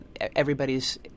everybody's